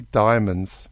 diamonds